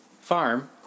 farm